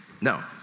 No